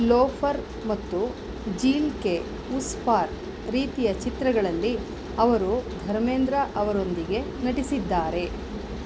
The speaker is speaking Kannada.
ಲೋಫರ್ ಮತ್ತು ಜೀಲ್ ಕೆ ಉಸ್ ಪಾರ್ ರೀತಿಯ ಚಿತ್ರಗಳಲ್ಲಿ ಅವರು ಧರ್ಮೇಂದ್ರ ಅವರೊಂದಿಗೆ ನಟಿಸಿದ್ದಾರೆ